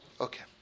Okay